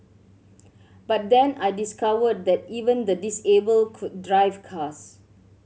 but then I discovered that even the disabled could drive cars